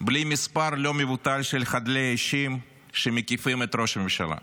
בלי מספר לא מבוטל של חדלי אישים שמקיפים את ראש הממשלה.